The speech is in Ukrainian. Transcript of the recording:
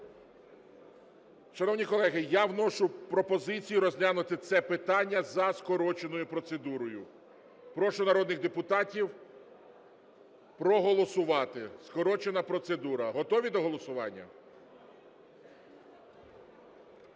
Шановні колеги, я вношу пропозицію розглянути це питання за скороченою процедурою. Прошу народних депутатів проголосувати, скорочена процедура. Готові до голосування?